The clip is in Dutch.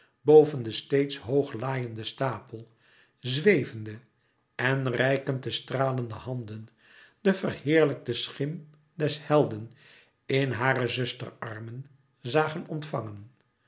boven den steeds hog laaienden stapel zwevende en reikend de stralende handen de verheerlijkte schim des helden in hare zusterarmen zagen ontvangen